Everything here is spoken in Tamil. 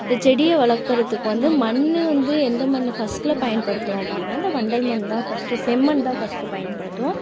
இந்த செடியை வளர்க்கறத்துக்கு வந்து மண்ணு வந்து எந்த மண்ணு ஃபஸ்ட்டில் பயன்படுத்துகிறோம் அப்படின்னா இந்த வண்டல் மண் தான் ஃபஸ்ட்டு செம்மண் தான் ஃபஸ்ட்டு பயன்படுத்துவோம்